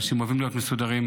אנשים אוהבים להיות מסודרים.